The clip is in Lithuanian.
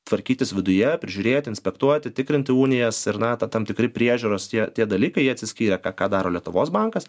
tvarkytis viduje prižiūrėti inspektuoti tikrinti unijas ir na tam tikri priežiūros tie tie dalykai jie atsiskyrė ką ką daro lietuvos bankas